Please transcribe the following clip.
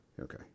Okay